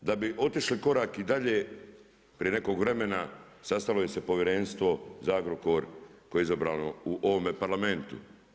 Da bi otišli korak dalje, prije nekog vremena, sastalo se Povjerenstvo za Agrokor koje je izbrano u ovome Parlamentu.